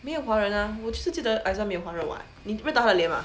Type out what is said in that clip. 没有华人 ah 我就是记得 Izone 没有华人 [what] 你认得他的脸吗